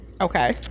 Okay